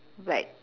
but